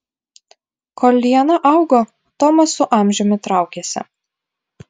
kol liana augo tomas su amžiumi traukėsi